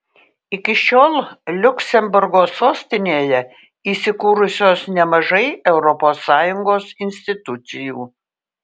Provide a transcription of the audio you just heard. iki šiol liuksemburgo sostinėje įsikūrusios nemažai europos sąjungos institucijų